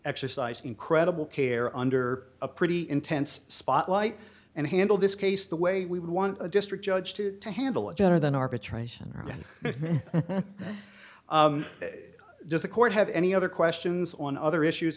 exercised incredible care under a pretty intense spotlight and handled this case the way we would want a district judge to handle it better than arbitration and just a court have any other questions on other issues